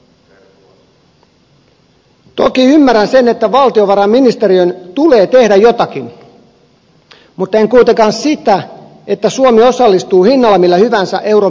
toki ymmärrän sen että valtiovarainministeriön tulee tehdä jotakin mutta en kuitenkaan sitä että suomi osallistuu hinnalla millä hyvänsä euron pelastamiseen